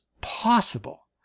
possible